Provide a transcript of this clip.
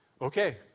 Okay